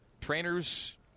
trainers